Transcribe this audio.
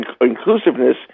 inclusiveness